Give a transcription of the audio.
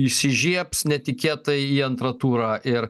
įsižiebs netikėtai į antrą turą ir